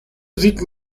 sieht